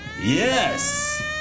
Yes